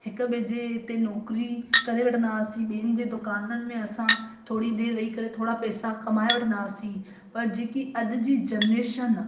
हिकु ॿिए जे हिते नौकिरी करे वठंदा हुआसीं ॿियनि जे दुकाननि में असां थोरी देरि विही करे थोरा पैसा कमाए वठंदा हुआसीं पर जेकी अॼु जी जनरेशन आहे